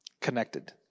connected